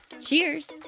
Cheers